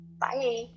Bye